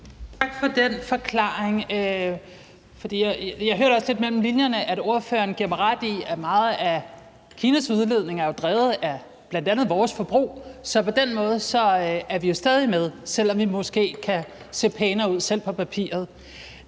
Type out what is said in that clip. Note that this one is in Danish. Tak for den forklaring, for jeg hørte også lidt mellem linjerne, at ordføreren giver mig ret i, at meget af Kinas udledning jo er drevet af bl.a. vores forbrug, så på den måde er vi stadig med, selv om vi måske selv kan se pænere ud på papiret.